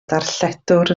darlledwr